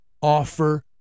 offer